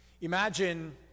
Imagine